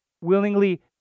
willingly